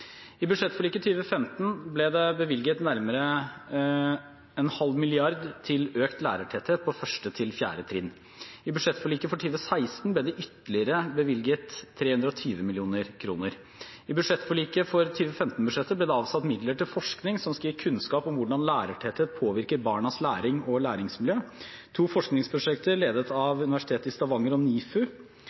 økt lærertetthet på 1.–4. trinn. I budsjettforliket for 2016 ble det bevilget ytterligere 320 mill. kr. I budsjettforliket for 2015-budsjettet ble det avsatt midler til forskning som skal gi kunnskap om hvordan lærertetthet påvirker barnas læring og læringsmiljø. To forskningsprosjekter ledet av Universitetet i Stavanger og NIFU